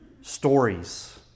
stories